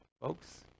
folks